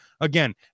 again